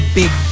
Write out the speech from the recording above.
big